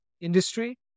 industry